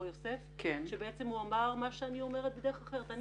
יוסף שבעצם אמר מה שאני אומרת בדרך אחרת.